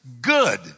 Good